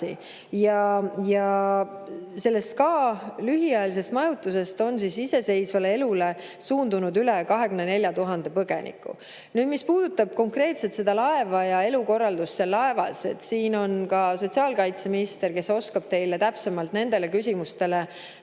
Ja sellest SKA lühiajalisest majutusest on iseseisvale elule suundunud üle 24 000 põgeniku. Mis puudutab konkreetselt seda laeva ja elukorraldust laevas, siis siin on ka sotsiaalkaitseminister, kes oskab teile täpsemalt nendele küsimustele